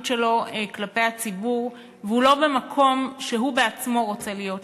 שלו כלפי הציבור והוא לא במקום שהוא בעצמו רוצה להיות בו.